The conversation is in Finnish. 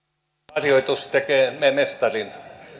harjoitus tekee mestarin